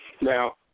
now